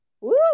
Woo